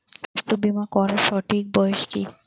স্বাস্থ্য বীমা করার সঠিক বয়স কত?